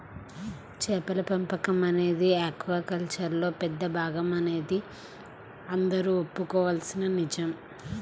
చేపల పెంపకం అనేది ఆక్వాకల్చర్లో పెద్ద భాగమనేది అందరూ ఒప్పుకోవలసిన నిజం